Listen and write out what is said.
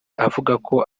avugako